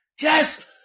yes